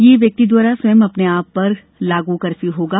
यह व्यक्ति द्वारा स्वयं अपने आप पर लागू कर्फ्यू होगा